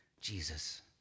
Jesus